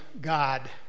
God